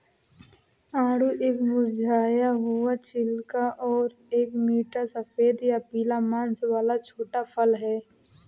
आड़ू एक मुरझाया हुआ छिलका और एक मीठा सफेद या पीला मांस वाला छोटा फल है